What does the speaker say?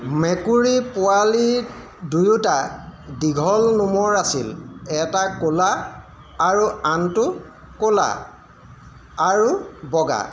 মেকুৰী পোৱালী দুয়োটা দীঘল নোমৰ আছিল এটা ক'লা আৰু আনটো ক'লা আৰু বগা